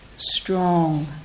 strong